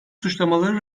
suçlamaları